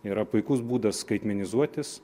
yra puikus būdas skaitmenizuotis